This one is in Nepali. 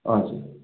हजुर